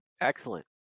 Excellent